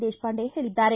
ದೇಶಪಾಂಡೆ ಹೇಳಿದ್ದಾರೆ